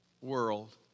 world